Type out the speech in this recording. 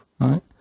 Right